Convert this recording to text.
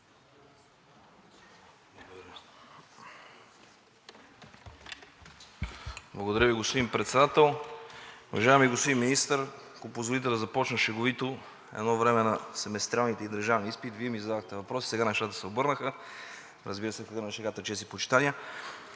Благодаря Ви, господин Председател. Уважаеми господин Министър, ако позволите да започна шеговито. Едно време на семестриалните и държавните изпити Вие ми зададохте въпрос, сега нещата се обърнаха. Разбира се, в кръга на шегата. Чест и почитания!